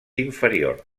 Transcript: inferior